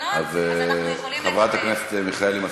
חברת הכנסת מיכאלי.